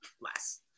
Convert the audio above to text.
less